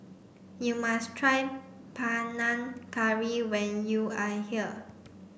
you must try Panang Curry when you are here